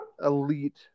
elite